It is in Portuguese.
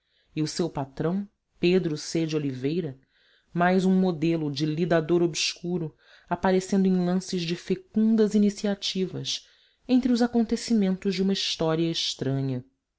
e o seu patrão pedro c de oliveira mais um modelo de lidador obscuro aparecendo em lances de fecundas iniciativas entre os acontecimentos de uma história estranha